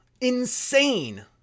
Insane